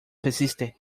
persiste